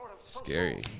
Scary